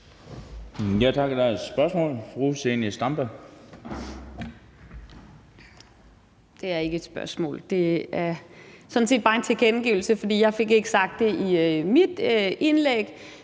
er ikke flere spørgsmål.